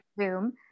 Zoom